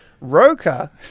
Roka